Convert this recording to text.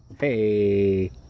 Hey